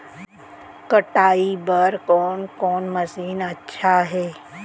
कटाई बर कोन कोन मशीन अच्छा हे?